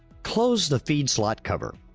close the feed slot cover.